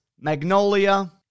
magnolia